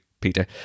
Peter